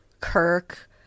Kirk